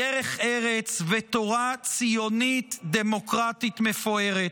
דרך ארץ ותורה ציונית דמוקרטית מפוארת.